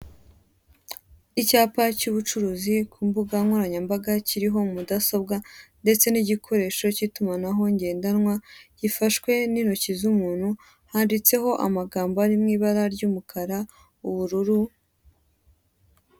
Icyapa cy'ubucuruzi ku mbuga nkoranyambaga kiriho mudasobwa ndetse n'igikoresho cy'itumanaho ngendanwa gifashwe n'intoki z'umuntu, handitseho amagambo ari mu ibara ry'umukara, ubururu